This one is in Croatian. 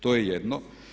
To je jedno.